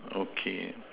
okay